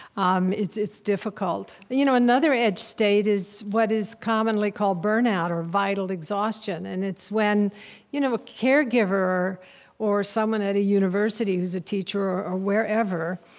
um it's it's difficult you know another edge state is what is commonly called burnout or vital exhaustion, and it's when you know a caregiver or someone at a university who's a teacher or wherever,